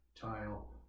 tile